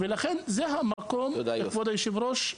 כבוד היושב-ראש,